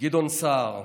גדעון סער,